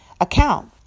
account